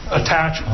attach